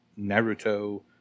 Naruto